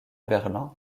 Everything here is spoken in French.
berlin